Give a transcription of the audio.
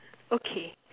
okay